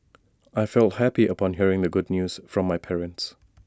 I felt happy upon hearing the good news from my parents